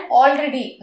already